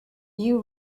you